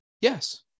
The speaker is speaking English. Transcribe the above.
yes